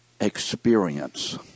experience